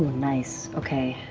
nice. okay.